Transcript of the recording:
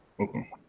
Okay